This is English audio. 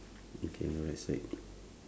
okay on the right side